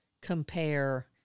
compare